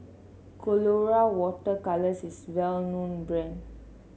Colora Water Colours is well known brand